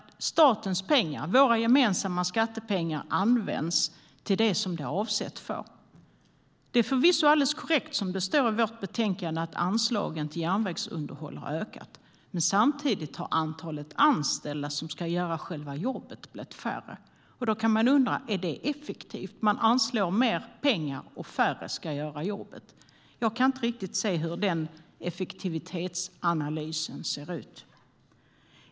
Statens pengar, våra gemensamma skattepengar, behöver användas till det som de är avsedda för. Det är förvisso alldeles korrekt att anslagen till järnvägsunderhåll har ökat, som det står i vårt betänkande. Men samtidigt har antalet anställda som ska göra själva jobbet blivit mindre. Då kan man undra: Är det effektivt? Man anslår mer pengar, men färre ska göra jobbet. Jag vet inte riktigt hur den effektivitetsanalysen ser ut.